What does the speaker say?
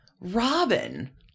Robin